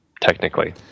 technically